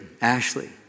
Ashley